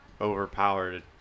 overpowered